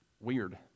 weird